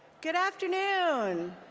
good afternoon!